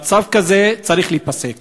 המצב הזה צריך להיפסק.